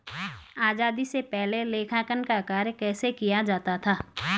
आजादी से पहले लेखांकन का कार्य कैसे किया जाता था?